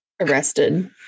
arrested